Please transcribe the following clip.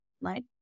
right